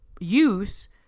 use